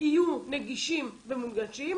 יהיו נגישים ומונגשים,